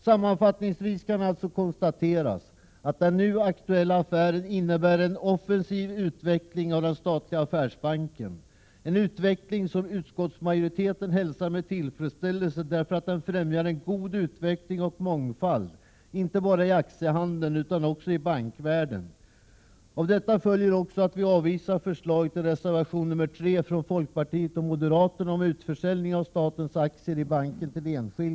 Sammanfattningsvis kan alltså konstateras att den nu aktuella affären innebär en offensiv utveckling av den statliga affärsbanken, en utveckling som utskottsmajoriteten hälsar med tillfredsställelse, då den främjar en god utveckling och mångfald inte bara i aktiehandeln utan också i bankvärlden. Av detta följer också att vi avvisar förslaget i reservation nr 3 från folkpartiet och moderaterna om utförsäljning till enskilda av statens aktier i banken.